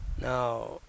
Now